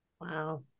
Wow